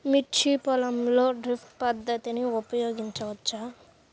మిర్చి పొలంలో డ్రిప్ పద్ధతిని ఉపయోగించవచ్చా?